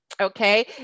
Okay